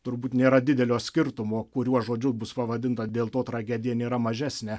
turbūt nėra didelio skirtumo kuriuo žodžiu bus pavadinta dėl to tragedija nėra mažesnė